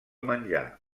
menjar